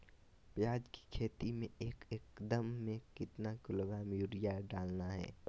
प्याज की खेती में एक एकद में कितना किलोग्राम यूरिया डालना है?